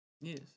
Yes